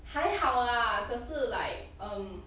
还好 lah 可是 like um